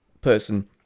person